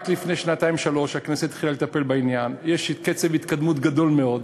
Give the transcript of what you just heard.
רק לפני שנתיים-שלוש הכנסת התחילה לטפל בעניין ויש התקדמות רבה מאוד.